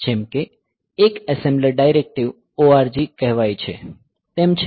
જેમ કે એક એસેમ્બલર ડાયરેકટિવ ORG કહે છે તેમ છે